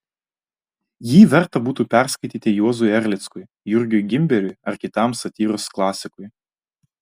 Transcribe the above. jį verta būtų perskaityti juozui erlickui jurgiui gimberiui ar kitam satyros klasikui